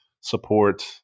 support